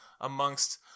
amongst